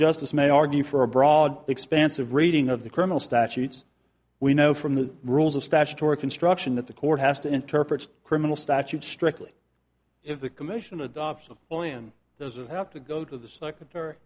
justice may argue for a broad expanse of reading of the criminal statutes we know from the rules of statutory construction that the court has to interpret criminal statutes strictly if the commission adoption plan doesn't have to go to the secretary